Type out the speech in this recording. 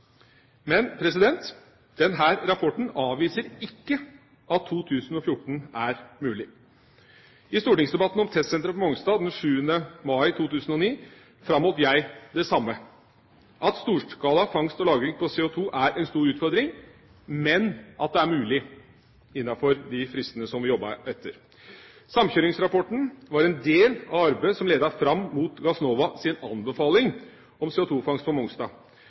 Men denne rapporten avviser ikke at 2014 er umulig. I stortingsdebatten om testsenteret på Mongstad den 7. mai 2009 framholdt jeg det samme – at storskala fangst og lagring av CO2 er en stor utfordring, men at det er mulig innenfor de fristene vi jobber etter. Samkjøringsrapporten var en del av arbeidet som ledet fram mot Gassnovas anbefaling om CO2-fangst på Mongstad.